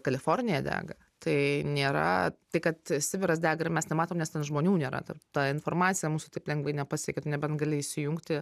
kalifornija dega tai nėra tai kad sibiras dega ir mes nematom nes ten žmonių nėra taip ta informacija mūsų taip lengvai nepasiekia nebent gali įsijungti